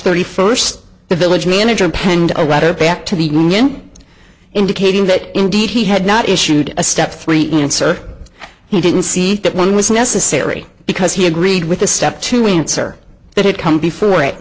thirty first the village manager penned a letter back to the morning indicating that indeed he had not issued a step three answer he didn't see that one was necessary because he agreed with the step to answer that had come before it